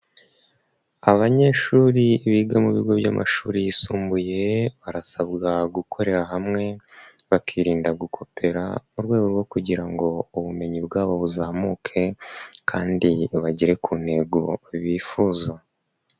Abanyeshuri biga mu bigo by'amashuri yisumbuye, barasabwa gukorera hamwe bakirinda gukopera mu rwego rwo kugira ngo ubumenyi bwabo buzamuke kandi bagere ku ntego bifuza.